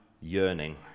yearning